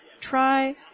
Try